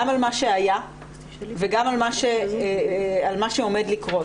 גם על מה שהיה וגם על מה שעומד לקרות.